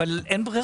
אבל אין ברירה.